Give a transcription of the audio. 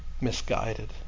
misguided